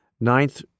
ninth